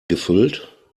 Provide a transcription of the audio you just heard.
gefüllt